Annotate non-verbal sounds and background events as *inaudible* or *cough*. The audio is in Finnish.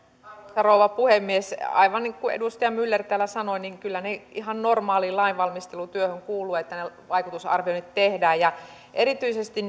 rouva puhemies aivan niin kuin edustaja myller täällä sanoi kyllä ihan normaaliin lainvalmistelutyöhön kuuluu että vaikutusarvioinnit tehdään erityisesti *unintelligible*